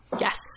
Yes